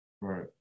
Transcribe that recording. Right